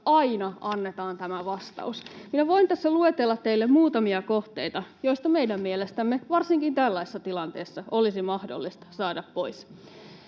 aina annetaan tämä vastaus. Minä voin tässä luetella teille muutamia kohteita, joista meidän mielestämme varsinkin tällaisessa tilanteessa olisi mahdollista saada pois: